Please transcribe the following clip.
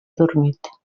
adormit